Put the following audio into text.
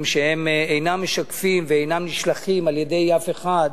שאינם משקפים ואינם נשלחים על-ידי אף אחד,